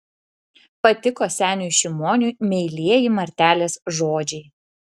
patiko seniui šimoniui meilieji martelės žodžiai